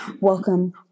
Welcome